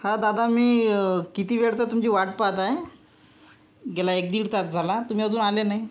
हां दादा मी किती वेळ तर तुमची वाट पाहत आहे गेला एक दीड तास झाला तुम्ही अजून आले नाही